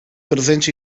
trezentos